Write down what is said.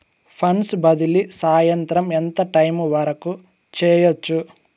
funds బదిలీ సాయంత్రం ఎంత టైము వరకు చేయొచ్చు